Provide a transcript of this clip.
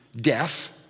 death